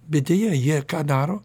bet deja jie ką daro